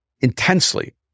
intensely